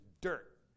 dirt